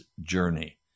journey